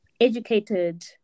Educated